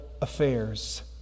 affairs